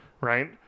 Right